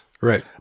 Right